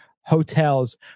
hotels